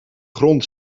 grond